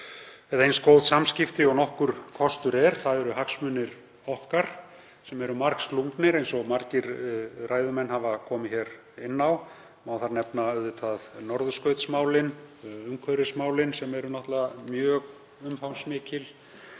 það eins góð samskipti og nokkur kostur er, það eru hagsmunir okkar og þeir eru margslungnir eins og margir ræðumenn hafa komið inn á. Má þar nefna norðurskautsmálin og umhverfismálin, sem eru náttúrlega mjög umfangsmikil